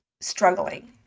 struggling